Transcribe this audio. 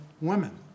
women